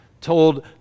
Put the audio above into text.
told